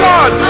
God